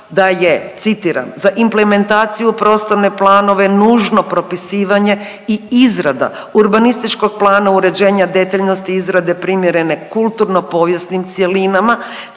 da je citiram za implementaciju u prostorne planove nužno propisivanje i izrada urbanističkog plana uređenja detaljnosti izrade primjerene kulturno povijesnim cjelinama